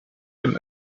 dem